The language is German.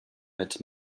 mit